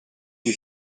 you